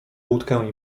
łódkę